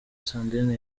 sandrine